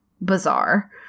bizarre